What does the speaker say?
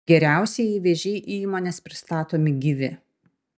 geriausia jei vėžiai į įmones pristatomi gyvi